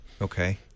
Okay